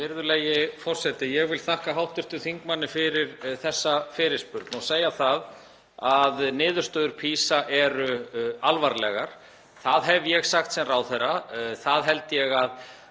Virðulegi forseti. Ég vil þakka hv. þingmanni fyrir þessa fyrirspurn og segja það að niðurstöður PISA eru alvarlegar. Það hef ég sagt sem ráðherra. Ég held að